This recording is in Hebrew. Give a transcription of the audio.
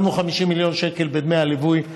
שמנו 50 מיליון שקלים בדמי הליווי,